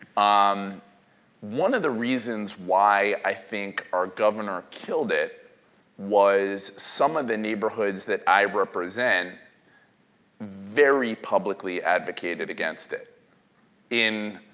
um one of the reasons why i think our governor killed it was some of the neighborhoods that i represent very publicly advocated against it in